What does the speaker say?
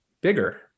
bigger